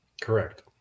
Correct